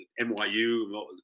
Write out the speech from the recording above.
NYU